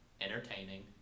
Entertaining